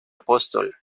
apóstol